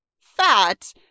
fat